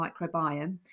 microbiome